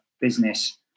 business